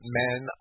men